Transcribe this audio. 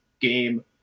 game